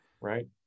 Right